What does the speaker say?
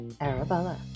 Arabella